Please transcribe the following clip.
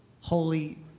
holy